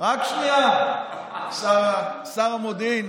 רק שנייה, שר המודיעין.